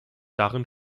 darin